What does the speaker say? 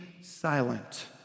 silent